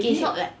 it's not like